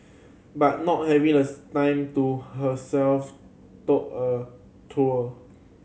but not having the time to herself took a toll